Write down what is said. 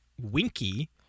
Winky